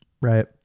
right